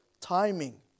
timing